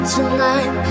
Tonight